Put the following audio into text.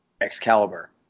Excalibur